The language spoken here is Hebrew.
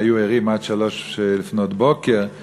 מיקי, לאן ביקשת להעביר את זה?